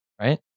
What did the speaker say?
right